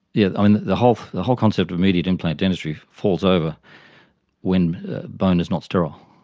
yeah and the whole the whole concept of immediate implant dentistry falls over when bone is not sterile.